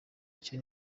icyo